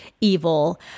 evil